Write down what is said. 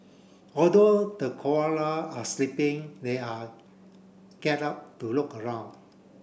although the are sleeping they are get up do look around